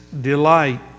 delight